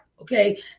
Okay